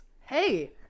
Hey